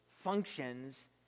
functions